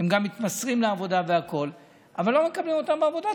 הם גם מתמסרים לעבודה, אבל לא מקבלים אותם לעבודה.